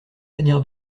lanière